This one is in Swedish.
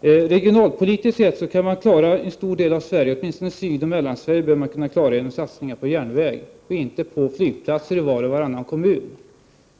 Regionalpolitiskt sett kan man klara en stor del av Sverige, åtminstone Sydoch Mellansverige, genom satsningar på järnväg och inte på flygplatser i var och varannan kommun.